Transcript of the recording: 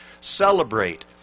Celebrate